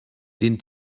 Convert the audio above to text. den